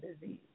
disease